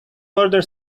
order